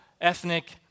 ethnic